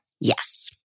Yes